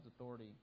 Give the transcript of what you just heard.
authority